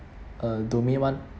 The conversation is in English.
uh domain one